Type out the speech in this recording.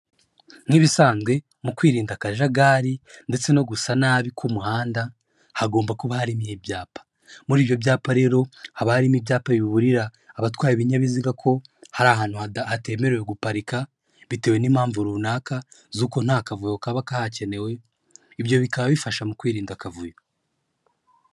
Nk'ibisanzwe mu kwirinda akajagari ndetse no gusa nabi k'umuhanda hagomba kuba hariho ibyapa. Muri ibyo byapa rero haba harimo ibyapa biburira abatwaye ibinyabiziga ko hari ahantu hada hatemerewe guparika bitewe n'impamvu runaka z'uko nta kavuyo kaba kahakenewe, ibyo bikaba bifasha mu kwirinda akavuyo.